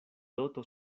doto